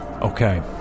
Okay